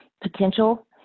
potential